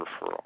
referral